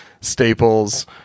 staples